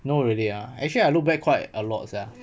not really ah actually I look back quite a lot sia